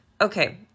Okay